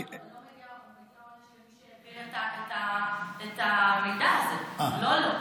מגיע עונש לזה שהעביר את המידע, לא לו.